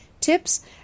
tips